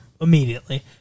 immediately